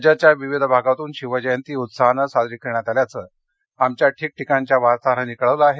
राज्याच्या विविध भागातून शिवजयंती उत्साहानं साजरी करण्यात आल्याचं आमच्या ठिकठिकाणच्या वार्ताहरांनी कळवलं आहे